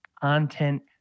content